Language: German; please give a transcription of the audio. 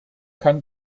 kann